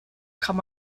kann